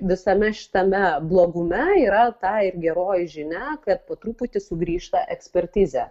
visame šitame blogume yra ta ir geroji žinia kad po truputį sugrįžta ekspertizė